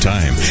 Time